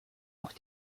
auch